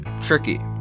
tricky